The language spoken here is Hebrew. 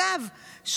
אגב,